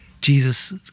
Jesus